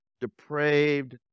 depraved